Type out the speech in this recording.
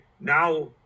Now